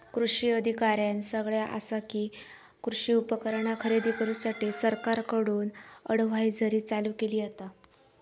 कृषी अधिकाऱ्यानं सगळ्यां आसा कि, कृषी उपकरणा खरेदी करूसाठी सरकारकडून अडव्हायजरी चालू केली जाता